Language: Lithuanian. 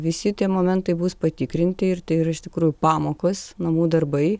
visi tie momentai bus patikrinti ir tai yra iš tikrųjų pamokos namų darbai